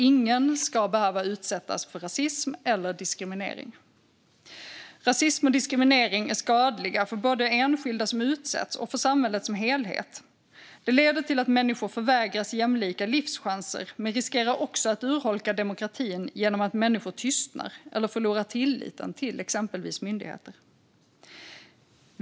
Ingen ska behöva utsättas för rasism eller diskriminering. Rasism och diskriminering är skadliga både för de enskilda som utsätts och för samhället som helhet. Det leder till att människor förvägras jämlika livschanser men riskerar också att urholka demokratin genom att människor tystnar eller förlorar tilliten till exempelvis myndigheter.